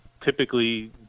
Typically